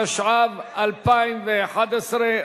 התשע"ב 2011,